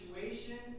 situations